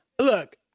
look –